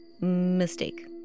Mistake